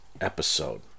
episode